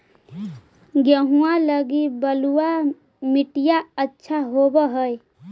गेहुआ लगी बलुआ मिट्टियां अच्छा होव हैं?